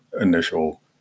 initial